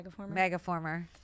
Megaformer